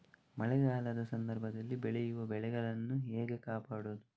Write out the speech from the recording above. ಮಳೆಗಾಲದ ಸಂದರ್ಭದಲ್ಲಿ ಬೆಳೆಯುವ ಬೆಳೆಗಳನ್ನು ಹೇಗೆ ಕಾಪಾಡೋದು?